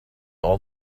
all